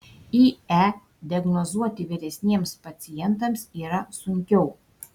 ie diagnozuoti vyresniems pacientams yra sunkiau